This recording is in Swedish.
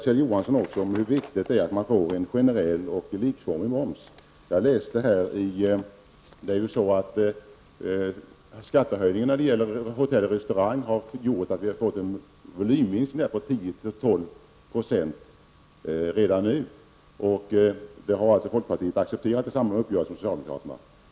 Kjell Johansson talade också om hur viktigt det är med en generell och likformig moms. Skattehöjningarna beträffande hotell och restaurangverksamheten har gjort att denna verksamhet har fått vidkännas en volymminskning på 10--12 % redan nu. Detta har folkpartiet accepterat i uppgörelsen med socialdemokraterna.